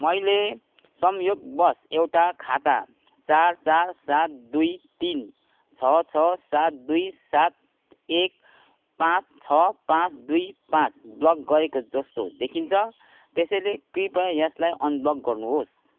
मैले संयोगवश एउटा खाता चार चार सात दुई तिन छ छ सात दुई सात एक पाँच छ पाँच दुई पाँच ब्लक गरेको जस्तो देखिन्छ त्यसैले कृपया यसलाई अनब्लक गर्नुहोस्